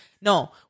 No